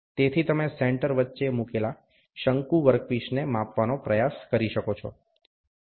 તેથી તમે સેન્ટર વચ્ચે મુકેલા શંકુ વર્કપીસને માપવાનો પ્રયાસ કરી શકો છો